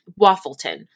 Waffleton